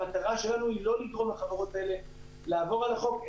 והמטרה שלנו היא לגרום לחברות אלה לעבור על החוק,